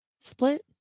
split